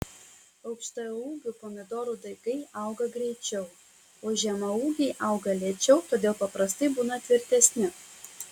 aukštaūgių pomidorų daigai auga greičiau o žemaūgiai auga lėčiau todėl paprastai būna tvirtesni